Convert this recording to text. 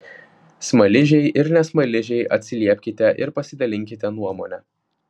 smaližiai ir ne smaližiai atsiliepkite ir pasidalinkite nuomone